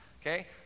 Okay